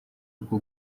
kuko